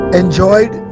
enjoyed